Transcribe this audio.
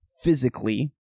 physically